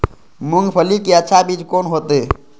मूंगफली के अच्छा बीज कोन होते?